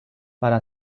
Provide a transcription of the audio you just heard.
para